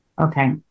Okay